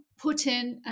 Putin